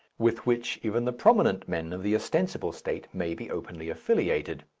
with which even the prominent men of the ostensible state may be openly affiliated.